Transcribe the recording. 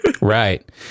Right